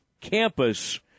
campus